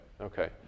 okay